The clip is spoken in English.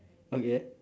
okay